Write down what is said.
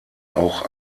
auch